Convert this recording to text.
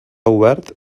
obert